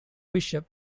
bishop